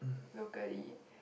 locally